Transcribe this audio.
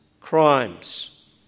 crimes